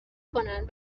کنند